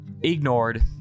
ignored